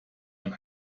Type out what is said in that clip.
ein